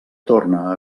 torna